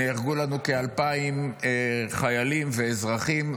נהרגו לנו כ-2,000 חיילים ואזרחים,